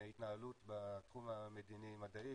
התנהלות בתחום המדיני מדעי.